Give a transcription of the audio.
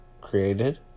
created